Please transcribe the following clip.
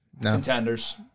Contenders